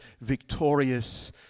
victorious